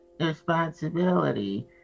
responsibility